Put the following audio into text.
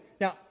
Now